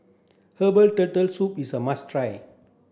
herbal turtle soup is a must try